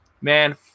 man